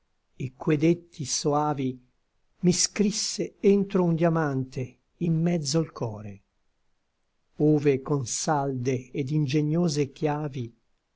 et que detti soavi mi scrisse entro un diamante in mezzo l core ove con salde ed ingegnose chiavi